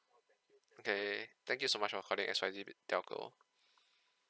okay thank you so much for calling X Y Z telco